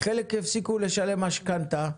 חלק הפסיקו לשלם משכנתה,